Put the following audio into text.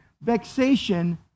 vexation